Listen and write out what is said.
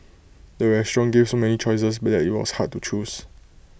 the restaurant gave so many choices that IT was hard to choose